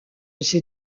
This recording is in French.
ces